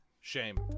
shame